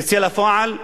תצא לפועל,